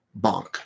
bonk